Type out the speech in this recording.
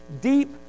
deep